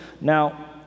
now